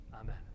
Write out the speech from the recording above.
Amen